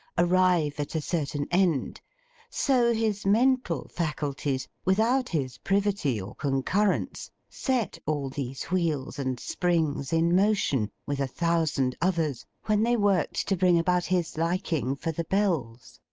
arrive at a certain end so his mental faculties, without his privity or concurrence, set all these wheels and springs in motion, with a thousand others, when they worked to bring about his liking for the bells.